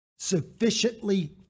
Sufficiently